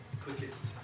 quickest